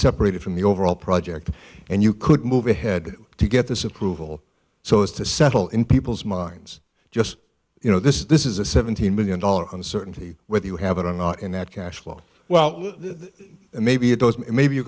separated from the overall project and you could move ahead to get this approval so as to settle in people's minds just you know this is a seventeen million dollars uncertainty whether you have it or not and that cash flow well maybe it goes maybe you're